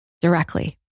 directly